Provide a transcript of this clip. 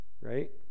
right